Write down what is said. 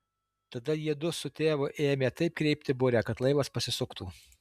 tada jiedu su tėvu ėmė taip kreipti burę kad laivas pasisuktų